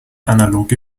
analoge